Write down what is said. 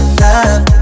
love